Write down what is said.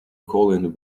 colin